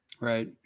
Right